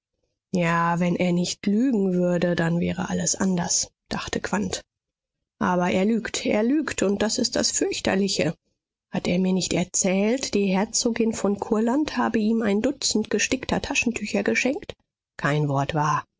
ja wenn er nicht lügen würde dann wäre alles anders dachte quandt aber er lügt er lügt und das ist das fürchterliche hat er mir nicht erzählt die herzogin von kurland habe ihm ein dutzend gestickter taschentücher geschenkt kein wort wahr